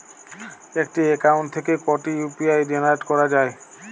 একটি অ্যাকাউন্ট থেকে কটি ইউ.পি.আই জেনারেট করা যায়?